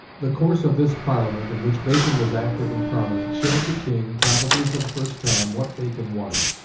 the course of this parliament, in which bacon was active and prominent, showed the king, probably for the first time, what bacon was.